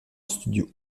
studio